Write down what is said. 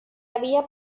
había